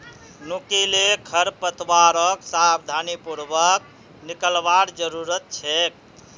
नुकीले खरपतवारक सावधानी पूर्वक निकलवार जरूरत छेक